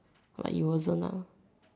but it wasn't ah